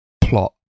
plot